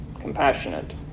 Compassionate